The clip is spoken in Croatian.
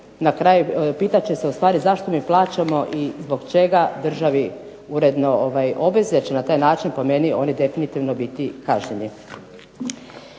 na kraju pitat će se ustvari zašto mi plaćamo i zbog čega državi uredno obveze, jer će na taj način po meni oni definitivno biti kažnjeni.